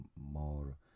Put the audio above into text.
more